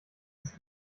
das